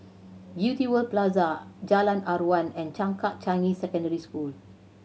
Beauty World Plaza Jalan Aruan and Changkat Changi Secondary School